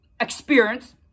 experience